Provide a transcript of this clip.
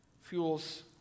fuels